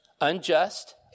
unjust